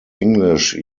english